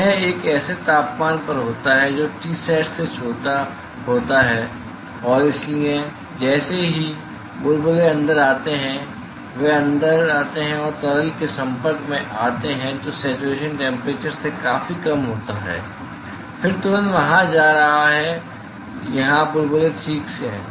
यह एक ऐसे तापमान पर होता है जो Tsat से छोटा होता है जो Tsat से छोटा होता है और इसलिए जैसे ही बुलबुले अंदर आते हैं वे अंदर आते हैं और तरल के संपर्क में आते हैं जो सेच्युरेशन टैम्परेचर से काफी कम होता है फिर तुरंत वहां जा रहा है यहाँ बुलबुले से ठीक है